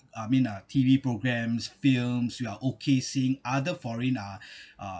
I mean uh T_V programs films we are okay seeing other foreign uh uh